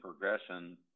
progression